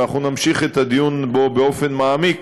ואנחנו נמשיך את הדיון בו באופן מעמיק